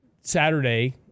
Saturday